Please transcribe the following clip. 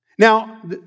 Now